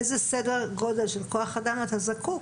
איזה סדר גודל של כוח אדם אתה זקוק